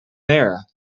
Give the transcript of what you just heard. there